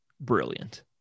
brilliant